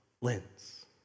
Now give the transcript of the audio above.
lens